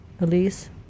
Elise